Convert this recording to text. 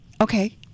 Okay